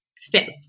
fit